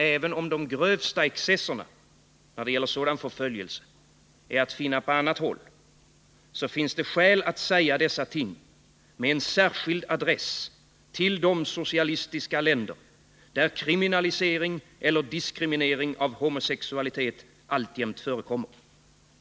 Även om de grövsta excesserna när det gäller sådan förföljelse är att finna på annat håll finns det skäl att säga dessa ting med särskild adress till de socialistiska länder där kriminalisering eller diskriminering av homosexualitet alltjämt förekommer.